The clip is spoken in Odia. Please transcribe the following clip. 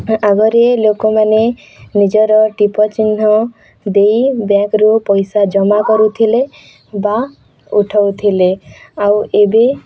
ଆଗରେ ଲୋକମାନେ ନିଜର ଟୀପ ଚିହ୍ନ ଦେଇ ବ୍ୟାଙ୍କରୁ ପଇସା ଜମା କରୁଥିଲେ ବା ଉଠାଉଥିଲେ ଆଉ ଏବେ